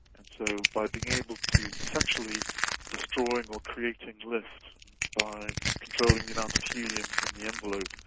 and so by being able to, essentially destroying or creating lift by controlling the amount of helium in the envelope,